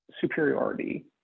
superiority